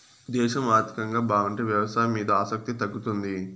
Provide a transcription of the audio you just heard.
దేశం ఆర్థికంగా బాగుంటే వ్యవసాయం మీద ఆసక్తి తగ్గుతుంది